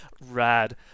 Rad